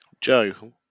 Joe